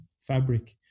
fabric